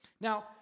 Now